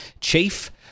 chief